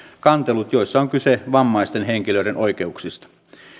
kantelut joissa on kyse vammaisten henkilöiden oikeuksista